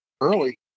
early